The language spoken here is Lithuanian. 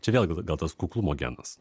čia vėlgi gal tas kuklumo genas